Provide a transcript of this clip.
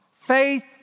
Faith